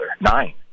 Nine